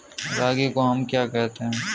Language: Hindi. रागी को हम क्या कहते हैं?